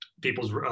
people's